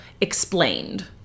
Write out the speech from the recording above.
Explained